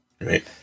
right